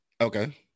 Okay